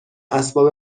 اسباب